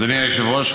אדוני היושב-ראש,